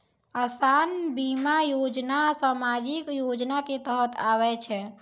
असान बीमा योजना समाजिक योजना के तहत आवै छै